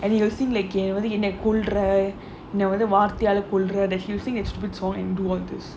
and you will see like என் வந்து கொல்ற என்ன வந்து வார்த்தையால கொல்ற:enna vanthu kolra enna vanthu vaarthaiyaala kolra that he want to sing a stupid song and do all this